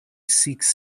seeks